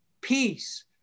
peace